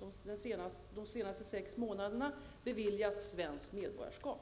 under de senaste sex månaderna blivit svenska medborgare.